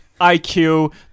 IQ